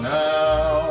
now